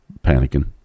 panicking